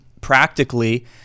practically